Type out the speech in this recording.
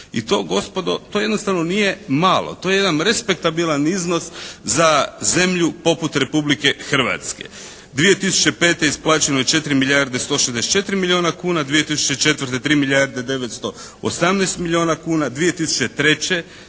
i to gospodo to jednostavno nije malo. To je jedan respektabilan iznos za zemlju poput Republike Hrvatske. 2005. isplaćeno je 4 milijarde 164 milijuna kuna, 2004. 3 milijarde 918 milijuna kuna, 2003.